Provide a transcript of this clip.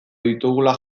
ditugula